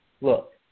Look